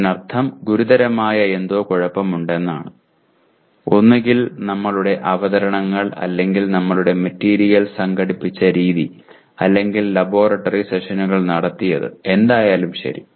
അതിനർത്ഥം ഗുരുതരമായ എന്തോ കുഴപ്പമുണ്ടെന്നാണ് ഒന്നുകിൽ നമ്മളുടെ അവതരണങ്ങൾ അല്ലെങ്കിൽ നമ്മളുടെ മെറ്റീരിയൽ സംഘടിപ്പിച്ച രീതി അല്ലെങ്കിൽ ലബോറട്ടറി സെഷനുകൾ നടത്തിയത് എന്തായാലും ശരി